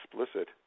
explicit